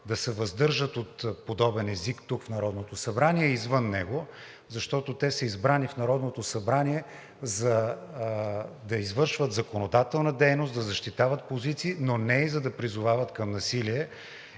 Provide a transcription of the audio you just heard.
да се въздържат от подобен език тук – в Народното събрание, и извън него, защото те са избрани, за да извършват законодателна дейност, да защитават позиции, но не и за да призовават към насилие.